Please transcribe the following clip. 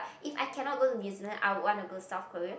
if I cannot go to New-Zealand I would wanna go South Korea